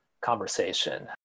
conversation